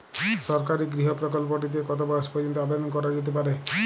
সরকারি গৃহ প্রকল্পটি তে কত বয়স পর্যন্ত আবেদন করা যেতে পারে?